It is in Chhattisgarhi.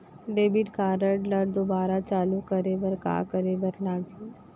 डेबिट कारड ला दोबारा चालू करे बर का करे बर लागही?